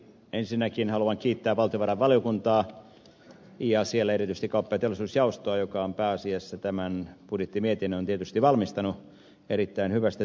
ensinnäkin haluan kiittää valtiovarainvaliokuntaa ja siellä erityisesti kauppa ja teollisuusjaostoa joka on pääasiassa tämän budjettimietinnön tietysti valmistanut erittäin hyvästä työstä